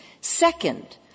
Second